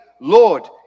Lord